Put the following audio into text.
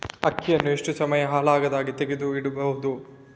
ಅಕ್ಕಿಯನ್ನು ಎಷ್ಟು ಸಮಯ ಹಾಳಾಗದಹಾಗೆ ತೆಗೆದು ಇಡಬಹುದು?